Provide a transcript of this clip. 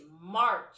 March